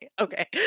okay